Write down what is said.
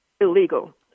illegal